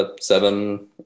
seven